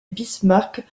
bismarck